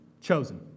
chosen